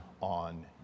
on